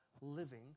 living